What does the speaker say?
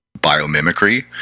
biomimicry